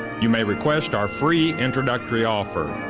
you may request our free introductory offer.